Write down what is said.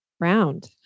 round